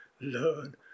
learn